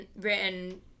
Written